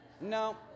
No